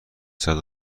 ششصد